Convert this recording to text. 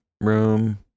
room